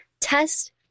test